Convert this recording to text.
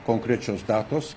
konkrečios datos